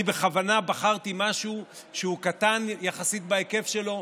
אני בכוונה בחרתי משהו שהוא קטן יחסית בהיקף שלו,